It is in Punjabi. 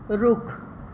ਰੁੱਖ